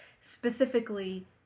specifically